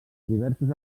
diversos